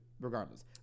regardless